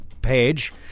page